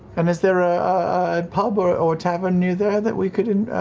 um is there a pub or or tavern near there that we could